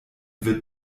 wird